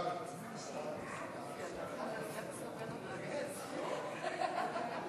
בעד סעיפים 1 27,